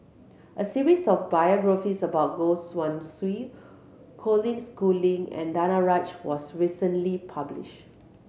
a series of biographies about Goh Guan Siew Colin Schooling and Danaraj was recently published